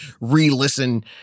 re-listen